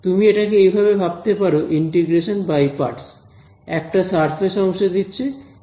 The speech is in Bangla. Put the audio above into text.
তুমি এটাকে এভাবে ভাবতে পারো ইন্টিগ্রেশন বাই পার্টস একটা সারফেস অংশ দিয়েছে এবং একটা ডেরিভেটিভ কে সরিয়ে দিয়েছে